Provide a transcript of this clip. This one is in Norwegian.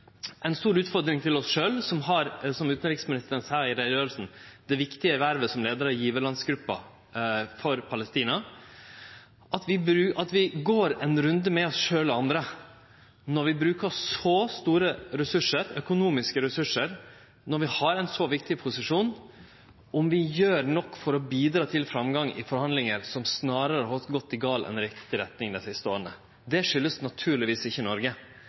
stor utfordring til oss – som har, som utanriksministeren seier i utgreiinga, det viktige vervet som leiar av givarlandsgruppa for Palestina – å gå ein runde med oss sjølve og andre på om vi – når vi bruker så store økonomiske ressursar og har ein så viktig posisjon – gjer nok for å bidra til framgang i forhandlingar, som snarare har gått i gal enn i riktig retning dei siste åra. Det er naturlegvis ikkje Noreg